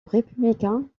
républicain